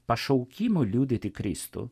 pašaukimo liudyti kristų